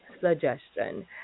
suggestion